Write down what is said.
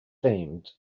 themed